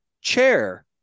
chair